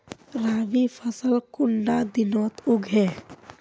रवि फसल कुंडा दिनोत उगैहे?